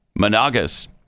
Managas